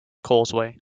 causeway